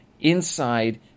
inside